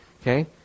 Okay